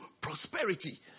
prosperity